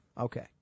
okay